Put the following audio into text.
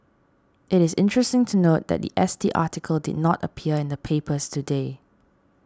it is interesting to note that the S T article did not appear in the papers today